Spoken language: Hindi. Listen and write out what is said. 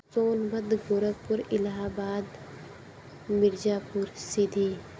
सोनभद्र गोरखपुर इलाहबाद मिर्ज़ापुर सीधी